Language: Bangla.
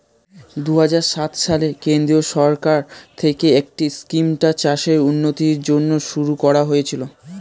দুহাজার সাত সালে কেন্দ্রীয় সরকার থেকে এই স্কিমটা চাষের উন্নতির জন্য শুরু করা হয়েছিল